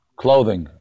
clothing